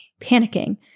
panicking